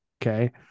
okay